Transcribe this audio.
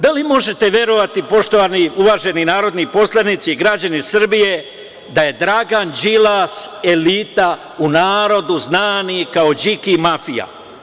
Da li možete verovati, poštovani, uvaženi narodni poslanici i građani Srbije, da je Dragan Đilas, elita u narodu znani kao Điki mafija?